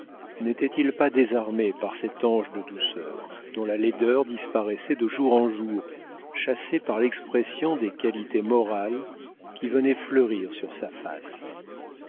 n'était-il pas désarmé par cet ange de douceur dont la laideur disparaissait de jour en jour chassée par l'expression des qualités morales qui venaient fleurir sur sa face